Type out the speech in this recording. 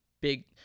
big